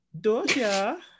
Doja